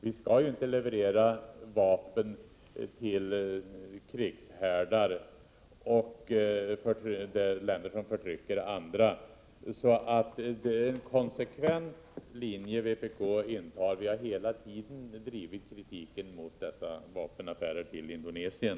Vi skall ju inte leverera vapen till krigshärdar eller till länder som förtrycker andra. Det är en konsekvent linje vpk här följer — vi har hela tiden drivit kritiken mot vapenaffärerna med Indonesien.